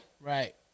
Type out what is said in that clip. Right